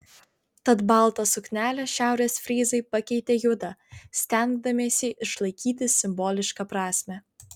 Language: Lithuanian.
tad baltą suknelę šiaurės fryzai pakeitė juoda stengdamiesi išlaikyti simbolišką prasmę